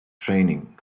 training